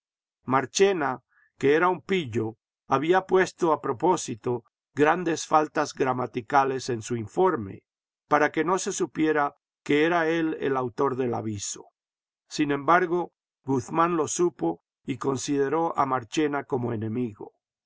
marchena que era un pillo había puesto a propósito grandes faltas gramaticales en su informe para que no se supiera que era él el autor del aviso sin embargo guzmán lo supo y consideró a marchena como enemigo